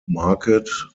market